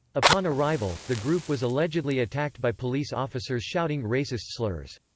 upon arrival, the group was allegedly attacked by police officers shouting racist slurs.